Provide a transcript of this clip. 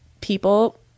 people